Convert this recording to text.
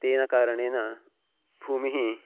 तेन कारणेन भूमिः